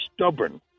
stubborn